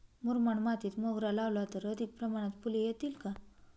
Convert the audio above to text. मुरमाड मातीत मोगरा लावला तर अधिक प्रमाणात फूले येतील का?